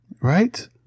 Right